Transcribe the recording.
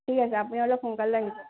ঠিক আছে আপুনি অলপ সোনকালে আহিব